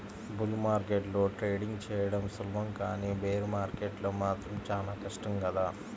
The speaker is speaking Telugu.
బుల్ మార్కెట్లో ట్రేడింగ్ చెయ్యడం సులభం కానీ బేర్ మార్కెట్లో మాత్రం చానా కష్టం కదా